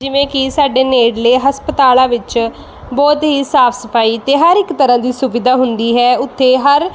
ਜਿਵੇਂ ਕਿ ਸਾਡੇ ਨੇੜਲੇ ਹਸਪਤਾਲਾਂ ਵਿੱਚ ਬਹੁਤ ਹੀ ਸਾਫ਼ ਸਫ਼ਾਈ ਅਤੇ ਹਰ ਇੱਕ ਤਰ੍ਹਾਂ ਦੀ ਸੁਵਿਧਾ ਹੁੰਦੀ ਹੈ ਉੱਥੇ ਹਰ